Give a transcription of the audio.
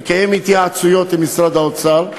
נקיים התייעצויות עם משרד האוצר.